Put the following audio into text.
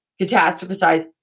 catastrophize